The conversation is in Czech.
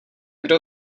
kdo